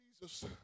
Jesus